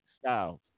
Styles